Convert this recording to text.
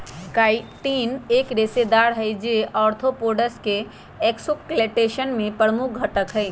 chitin एक रेशेदार हई, जो आर्थ्रोपोड्स के एक्सोस्केलेटन में प्रमुख घटक हई